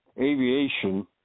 aviation